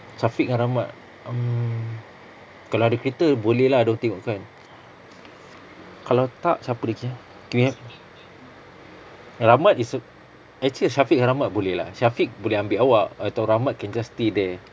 syafiq dengan rahmat um kalau ada kereta boleh lah dorang tengokkan kalau tak siapa lagi seh tengok rahmat is a actually syafiq dengan rahmat boleh lah syafiq boleh ambil awak atau rahmat can just stay there